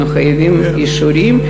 אנחנו חייבים אישורים.